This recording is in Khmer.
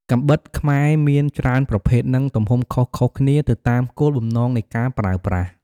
កាំបិតខ្មែរមានច្រើនប្រភេទ និងទំហំខុសៗគ្នា ទៅតាមគោលបំណងនៃការប្រើប្រាស់។